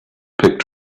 picked